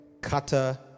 Kata